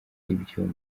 ibyuma